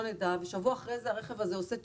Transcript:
נדע ושבוע אחרי כן הרכב הזה עושה תאונה,